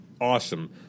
Awesome